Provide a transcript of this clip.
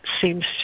seems